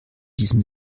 diesem